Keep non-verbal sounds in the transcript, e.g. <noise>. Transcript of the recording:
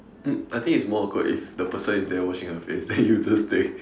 um I think it's more awkward if the person is there washing her face then you just take <laughs>